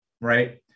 right